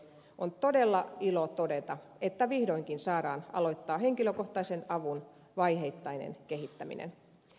on todella ilo todeta että vihdoinkin saadaan aloittaa henkilö kohtaisen avun vaiheittainen kehittäminen